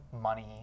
money